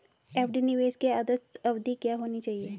FD निवेश की आदर्श अवधि क्या होनी चाहिए?